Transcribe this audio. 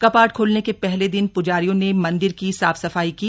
कपाट ख्लने के पहले दिन प्जारियों ने मंदिर की साफ सफाई की